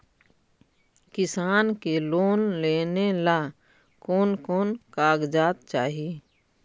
किसान के लोन लेने ला कोन कोन कागजात चाही?